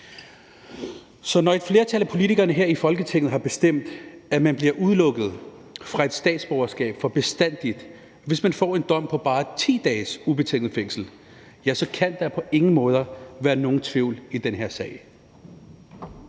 når et flertal af politikere her i Folketinget har bestemt, at man bliver udelukket fra et statsborgerskab for bestandig, hvis man får en dom på bare 10 dages ubetinget fængsel, ja, så kan der på ingen måder være nogen tvivl i den her sag.